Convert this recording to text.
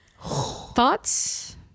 Thoughts